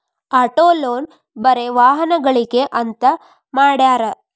auto loan ಬರೆ ವಾಹನಗ್ಳಿಗೆ ಅಂತ್ ಮಾಡ್ಯಾರ